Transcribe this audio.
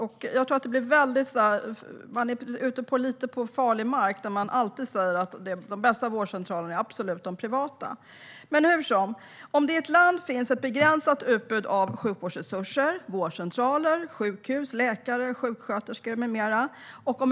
Man är ute på lite på farlig mark när man alltid säger att de bästa vårdcentralerna är de privata. Men i ett land finns det ett begränsat utbud av sjukvårdsresurser, vårdcentraler, sjukhus, läkare, sjuksköterskor med mera.